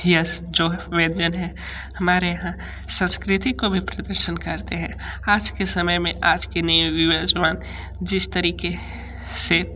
yes जो व्यंजन हैं हमारे यहाँ संस्कृति को भी प्रदर्शन करते हैं आज के समय में आज के नए युवा जवान जिस तरीके से